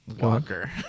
Walker